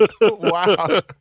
Wow